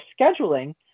scheduling